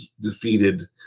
defeated